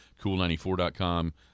cool94.com